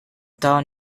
town